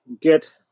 get